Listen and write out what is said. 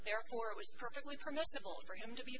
therefore it was perfectly permissible for him to be